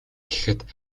гэхэд